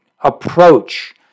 approach